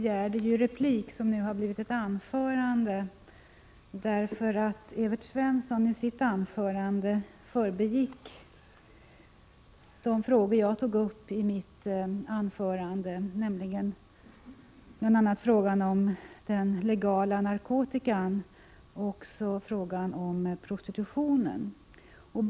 Fru talman! Jag begärde replik därför att Evert Svensson i sitt anförande i fredagens debatt förbigick de frågor jag tog upp, bl.a. frågorna om den legala narkotikan och om prostitutionen.